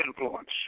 influence